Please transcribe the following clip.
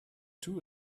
two